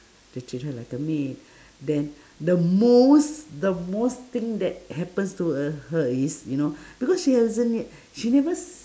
they treat her like a maid then the most the most thing that happens to uh her is you know because she hasn't yet she never s~